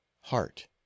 heart